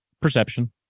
perception